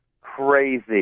crazy